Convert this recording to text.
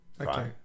Okay